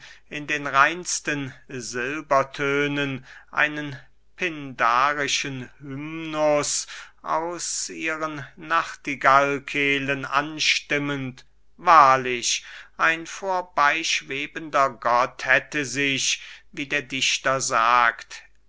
in den reinsten silbertönen einen pindarischen hymnus aus ihren nachtigallkehlen anstimmend wahrlich ein vorbeyschwebender gott hätte sich wie der dichter sagt